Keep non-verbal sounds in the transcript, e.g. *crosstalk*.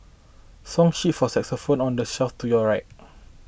song sheets for xylophones on the shelf to your right *noise*